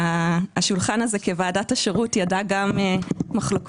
השולחן הזה כוועדת השירות ידע גם מחלוקות,